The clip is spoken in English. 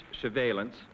surveillance